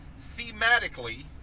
thematically